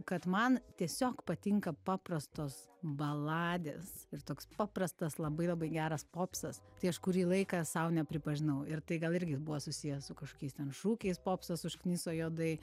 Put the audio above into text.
kad man tiesiog patinka paprastos baladės ir toks paprastas labai labai geras popsas tai aš kurį laiką sau nepripažinau ir tai gal irgi buvo susiję su kažkokiais ten šūkiais popsas užkniso juodai